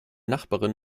nachbarin